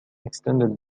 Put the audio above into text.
extended